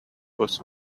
was